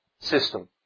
system